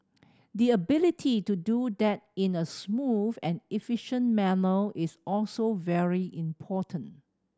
the ability to do that in a smooth and efficient manner is also very important